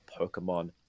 Pokemon